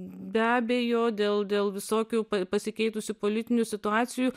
be abejo dėl dėl visokių pasikeitusių politinių situacijų